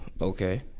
Okay